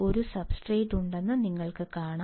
ഒരു സബ്സ്ട്രേറ്റ് ഉണ്ടെന്ന് നിങ്ങൾക്ക് കാണാം